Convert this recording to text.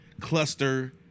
cluster